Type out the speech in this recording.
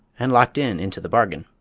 and locked in, into the bargain.